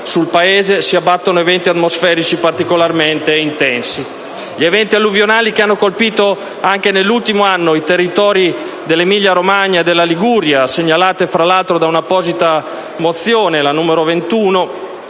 sul Paese, si abbattono eventi atmosferici particolarmente intensi. Gli eventi alluvionali che hanno colpito anche nell'ultimo anno i territori dell'Emilia-Romagna e della Liguria (segnalati fra l'altro dall'apposita mozione n. 21)